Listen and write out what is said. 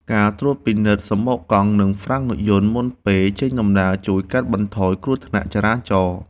ការត្រួតពិនិត្យសំបកកង់ និងហ្វ្រាំងរថយន្តមុនពេលចេញដំណើរជួយកាត់បន្ថយគ្រោះថ្នាក់ចរាចរណ៍។